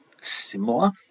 similar